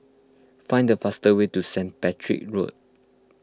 find the fastest way to St Patrick's Road